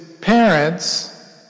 parents